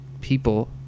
people